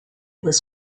was